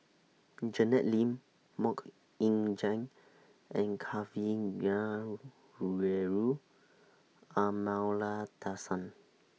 Janet Lim Mok Ying Jang and Kavignareru Amallathasan